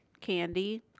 Candy